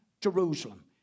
Jerusalem